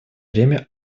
время